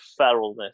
feralness